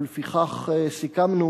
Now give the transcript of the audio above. ולפיכך סיכמנו